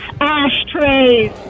ashtrays